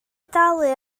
dalu